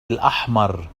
الأحمر